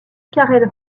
karel